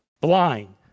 Blind